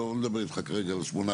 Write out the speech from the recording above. אני לא מדבר איתך על 8-9,